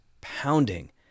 pounding